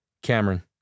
Cameron